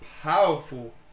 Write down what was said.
powerful